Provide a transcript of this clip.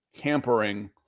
hampering